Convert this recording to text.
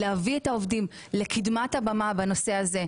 להביא את העובדים לקדמת הבמה בנושא הזה,